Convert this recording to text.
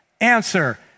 Answer